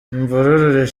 imvururu